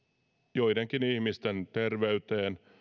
joidenkin ihmisten terveyteen